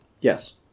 Yes